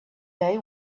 day